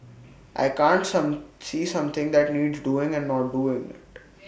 I can't some see something that needs doing and not do IT